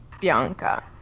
Bianca